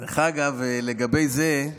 דרך אגב, לגבי זה,